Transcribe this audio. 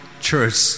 church